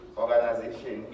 organization